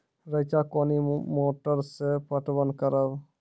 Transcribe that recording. रेचा कोनी मोटर सऽ पटवन करव?